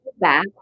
back